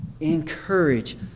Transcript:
Encourage